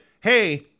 hey